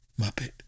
Muppet